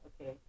okay